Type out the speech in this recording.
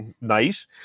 nice